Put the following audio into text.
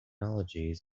logan